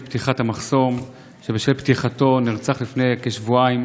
פתיחת המחסום שבשל פתיחתו נרצח לפני כשבועיים